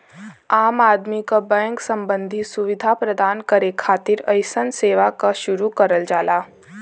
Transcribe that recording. आम आदमी क बैंक सम्बन्धी सुविधा प्रदान करे खातिर अइसन सेवा क शुरू करल जाला